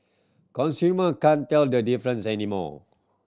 consumer can't tell the difference anymore